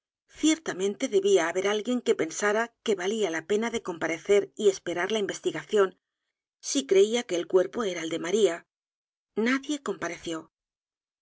ciertamente debía haber alguien que p e n s a r a que valía la pena de comparecer y esperar la investigación si creía que el cuerpo era el de maría nadie compareció